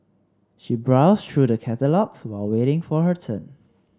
she browsed through the catalogues while waiting for her turn